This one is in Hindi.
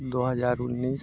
दो हज़ार उन्नीस